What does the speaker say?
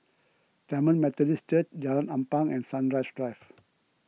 Tamil Methodist Church Jalan Ampang and Sunrise Drive